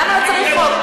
למה לא צריך חוק?